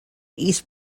east